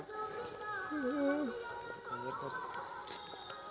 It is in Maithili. एक एकड़ जमीन तैंतालीस हजार पांच सौ साठ वर्ग फुट होय छला